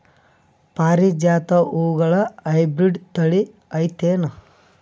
ಪಾರಿಜಾತ ಹೂವುಗಳ ಹೈಬ್ರಿಡ್ ಥಳಿ ಐತೇನು?